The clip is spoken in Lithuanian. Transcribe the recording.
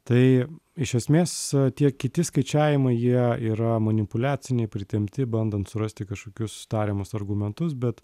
tai iš esmės tie kiti skaičiavimai jie yra manipuliaciniai pritempti bandant surasti kažkokius tariamus argumentus bet